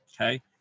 okay